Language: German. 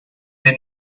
den